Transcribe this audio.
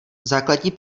základní